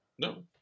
No